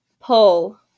pull